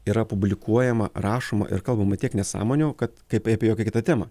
yra publikuojama rašoma ir kalbama tiek nesąmonių kad kaip apie jokią kitą temą